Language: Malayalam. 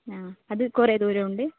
ആ അത് കുറെ ദൂരം ഉണ്ട്